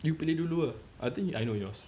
you pilih dulu ah I think I know yours